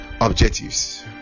objectives